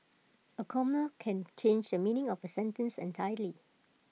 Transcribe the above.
A comma can change the meaning of A sentence entirely